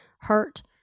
hurt